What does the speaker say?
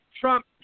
Trump